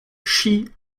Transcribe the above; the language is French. shi